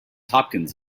hopkins